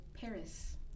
Paris